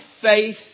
faith